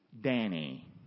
Danny